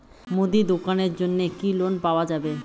মুদি দোকানের জন্যে কি লোন পাওয়া যাবে?